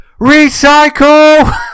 recycle